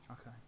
Okay